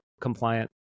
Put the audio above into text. compliant